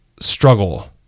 struggle